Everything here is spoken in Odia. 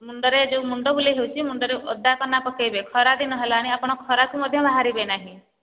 ମୁଣ୍ଡରେ ଯେଉଁ ମୁଣ୍ଡ ବୁଲେଇ ହେଉଛି ମୁଣ୍ଡରେ ଓଦା କନା ପକାଇବେ ଖରାଦିନ ହେଲାଣି ଆପଣ ଖରାକୁ ମଧ୍ୟ ବାହାରିବେ ନାହିଁ